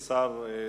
(תיקון מס' 3)